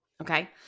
Okay